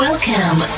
Welcome